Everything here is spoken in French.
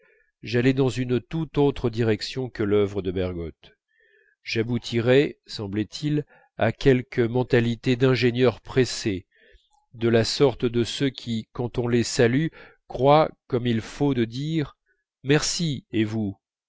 j'allais dans une tout autre direction que l'œuvre de bergotte j'aboutirais semblait-il à quelque mentalité d'ingénieur pressé de la sorte de ceux qui quand on les salue croient comme il faut de dire merci et vous